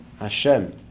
Hashem